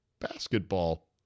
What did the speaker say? basketball